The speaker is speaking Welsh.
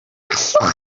allwch